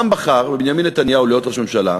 העם בחר בבנימין נתניהו להיות ראש ממשלה.